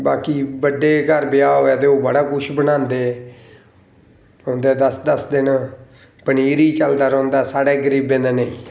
बाकी बडे़ घर ब्याह् होऐ ते ओह् बडा किश बनांदे उं'दे दस दस दिन पनीर ई चलदा रौंह्दा साढ़े गरीबें दे नेईं